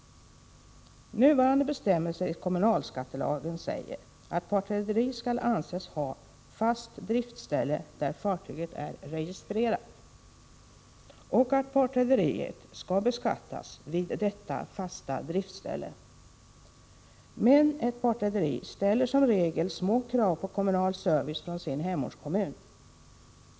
Nuvarande bestämmelser i kommunalskattelagen säger att partrederi skall anses ha fast driftsställe där fartyget är registrerat och att partrederiet skall beskattas vid detta fasta driftsställe. Men ett partrederi ställer som regel små krav på kommunal service från sin hemortskommun.